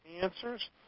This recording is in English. answers